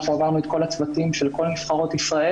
אנחנו עברנו את כל הצוותים של כל נבחרות ישראל,